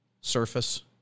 surface